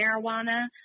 marijuana